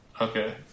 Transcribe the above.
Okay